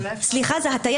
סליחה, זו הטיה.